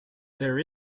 there